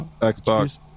Xbox